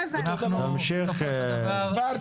לא הבנתי --- תמשיך, בבקשה.